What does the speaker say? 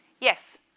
Yes